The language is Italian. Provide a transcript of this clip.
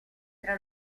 tra